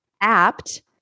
apt